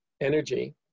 energy